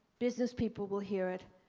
business people will hear it,